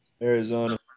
Arizona